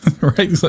right